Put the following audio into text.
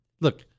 look